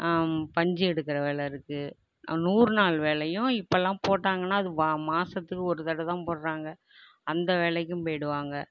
பஞ்சு எடுக்கிற வேலை இருக்குது நூறு நாள் வேலையும் இப்போலாம் போட்டாங்கனால் அது வா மாதத்துக்கு ஒரு தடவை தான் போடுகிறாங்க அந்த வேலைக்கும் போயிடுவாங்க